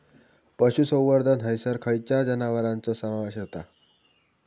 पशुसंवर्धन हैसर खैयच्या जनावरांचो समावेश व्हता?